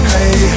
Hey